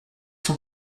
son